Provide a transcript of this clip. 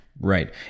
Right